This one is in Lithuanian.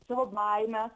savo baimes